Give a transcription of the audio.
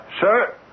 sir